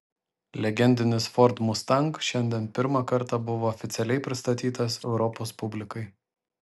legendinis ford mustang šiandien pirmą kartą buvo oficialiai pristatytas europos publikai